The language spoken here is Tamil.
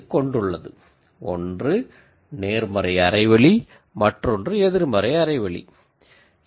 ஒன்று பாசிடிவ் ஹாஃப் ஸ்பேஸ் மற்றொன்று நெகடிவ் ஹாஃப் ஸ்பேஸ்